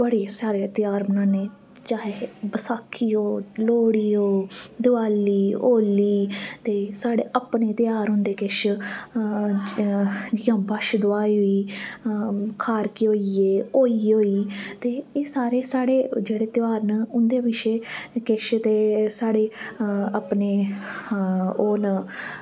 बड़े सारे ध्यार मनाने चाहे बैसाखी होग लोह्ड़ी होग देआली होली ते अपने ध्यार होंदे किश जियां बच्छ दुआह् होई खारकै होइये एह् सारे जेह्ड़े साढ़े ध्यार न उंदे विशे किश ते साढ़े अपने ओह् न